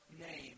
name